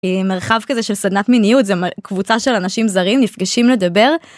אה… מרחב כזה של סדנת מיניות קבוצה של אנשים זרים נפגשים לדבר.